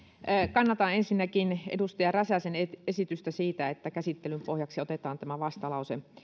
kannatan ensinnäkin edustaja räsäsen esitystä siitä että käsittelyn pohjaksi otetaan tämä vastalause